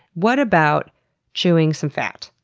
what about chewing some fat?